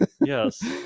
yes